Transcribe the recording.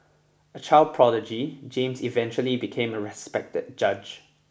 a child prodigy James eventually became a respected judge